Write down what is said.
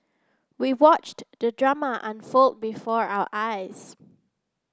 we watched the drama unfold before our eyes